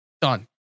Done